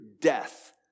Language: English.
death